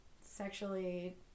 sexually